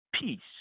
peace